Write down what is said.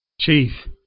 Chief